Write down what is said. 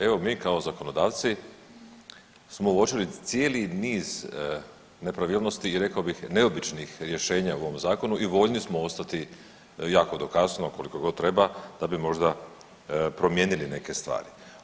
Evo mi kao zakonodavci smo uočili cijeli niz nepravilnosti i rekao bih neobičnih rješenja u ovom zakonu i voljni smo ostati jako do kasno koliko god treba, da bi možda promijenili neke stvari.